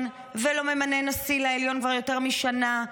ולא ממנה נשיא לעליון כבר יותר משנה,